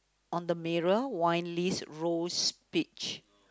on the mirror winely's rose peach